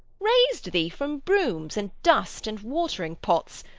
rais'd thee from brooms, and dust, and watering-pots,